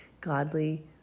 godly